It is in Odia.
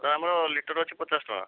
ଆମର ଲିଟର୍ ଅଛି ପଚାଶ୍ ଟଙ୍କା